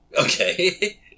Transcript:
Okay